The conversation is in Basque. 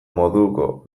moduko